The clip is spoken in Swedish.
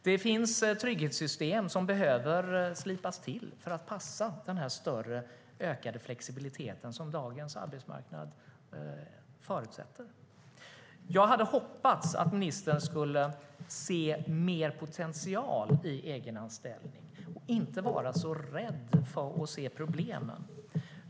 Det finns trygghetssystem som behöver slipas till för att passa den ökade flexibilitet som dagens arbetsmarknad förutsätter. Jag hade hoppats att ministern skulle se mer potential i egenanställning och inte vara så rädd för att se problemen.